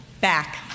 back